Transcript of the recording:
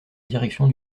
direction